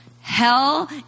hell